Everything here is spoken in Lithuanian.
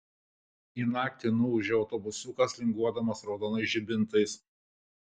į naktį nuūžia autobusiukas linguodamas raudonais žibintais